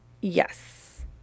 Yes